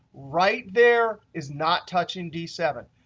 right there is not touching d seven.